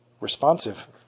responsive